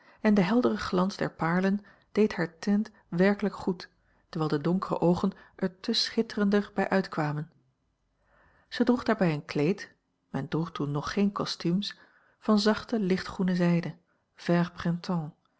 en de heldere glans der paarlen deed haar tint werkelijk goed terwijl de donkere oogen er te schitterender bij uitkwamen zij droeg daarbij een kleed men droeg toen nog geen kostumes van zachte lichtgroene zijde